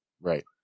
Right